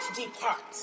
depart